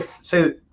say